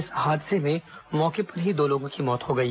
इस हादसे में मौके पर ही दो लोगों की मौत हो गई